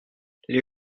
les